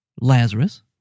Lazarus